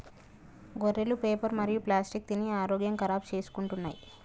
గొర్రెలు పేపరు మరియు ప్లాస్టిక్ తిని ఆరోగ్యం ఖరాబ్ చేసుకుంటున్నయ్